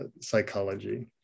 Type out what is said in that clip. psychology